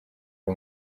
uyu